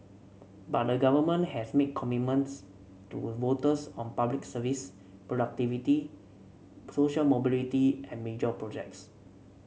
but the government has made commitments to voters on Public Services productivity social mobility and major projects